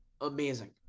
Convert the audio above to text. amazing